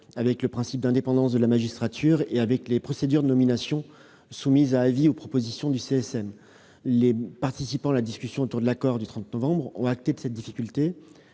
au principe d'indépendance de la magistrature et aux procédures de nominations soumises à avis ou à proposition du CSM. Les participants à la discussion autour de l'accord du 30 novembre dernier ont acté cette difficulté.